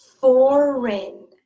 foreign